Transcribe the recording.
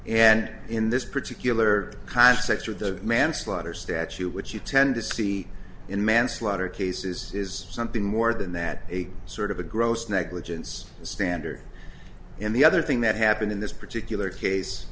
and in this particular context with the manslaughter statute which you tend to see in manslaughter cases is something more than that a sort of a gross negligence standard and the other thing that happened in this particular case